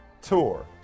tour